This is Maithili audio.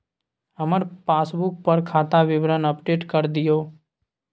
हमर पासबुक पर खाता विवरण अपडेट कर दियो